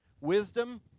Wisdom